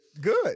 Good